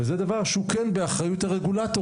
וזה דבר שהוא כן באחריות הרגולטורים,